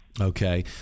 Okay